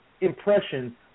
impression